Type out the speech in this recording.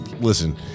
listen